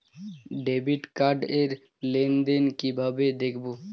Debit card র লেনদেন কিভাবে দেখবো?